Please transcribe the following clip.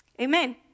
Amen